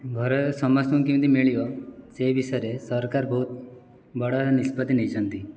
ଘର ସମସ୍ତଙ୍କୁ କେମିତି ମିଳିବ ସେ ବିଷୟରେ ସରକାର ବହୁତ ବଡ଼ ନିଷ୍ପତି ନେଇଛନ୍ତି